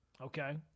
Okay